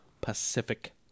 Pacific